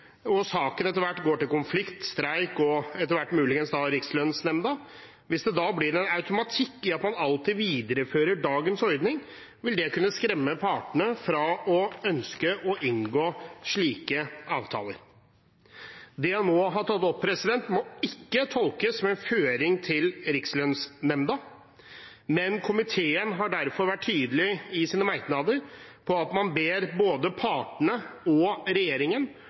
og saken etter hvert går til konflikt, streik og etter hvert muligens Rikslønnsnemnda, og hvis det blir en automatikk i at man alltid viderefører dagens ordning, vil det kunne skremme partene fra å ønske å inngå slike avtaler. Det jeg nå har tatt opp, må ikke tolkes som en føring for Rikslønnsnemnda. Komiteen har derfor vært tydelig i sine merknader på at man ber både partene og regjeringen